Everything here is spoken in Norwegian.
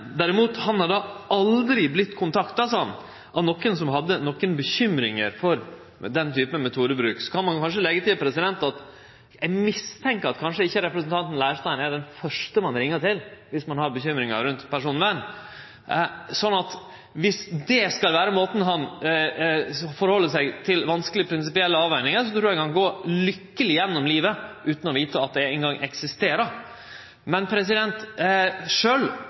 derimot sa han aldri hadde vorte kontakta av nokon som hadde bekymringar for slik metodebruk. Så kan eg kanskje leggje til at eg mistenkjer at representanten Leirstein ikkje er den første ein ringjer til viss ein har bekymringar rundt personvern. Viss det er slik han møter vanskelege, prinsipielle avvegingar, trur eg han kan gå lykkeleg gjennom livet utan å vite at dei eingong eksisterer.